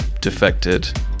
defected